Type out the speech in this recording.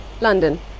London